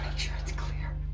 sure it's clear.